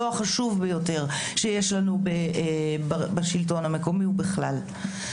החשוב ביותר שיש לנו בשלטון המקומי ובכלל.